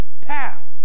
path